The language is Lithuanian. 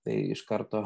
tai iš karto